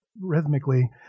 rhythmically